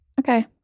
Okay